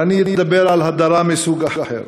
אבל אני אדבר על הדרה מסוג אחר.